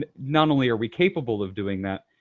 but not only are we capable of doing that,